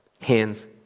hands